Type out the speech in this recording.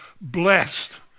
blessed